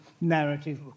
Narrative